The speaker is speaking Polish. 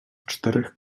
czterech